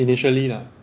initially lah